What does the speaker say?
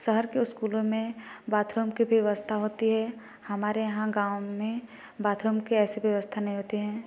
शहर के स्कूलों में बाथरूम की भी व्यवस्था होती है हमारे यहाँ गाँव में बाथरूम की ऐसी व्यवस्था नहीं होती है